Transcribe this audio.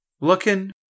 looking